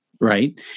right